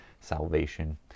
salvation